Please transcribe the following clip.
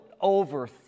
over